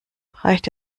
reicht